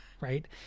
right